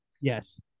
Yes